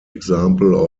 example